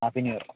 ആ പിന്നെ ഇറങ്ങാം